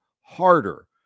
harder